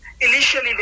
Initially